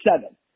seven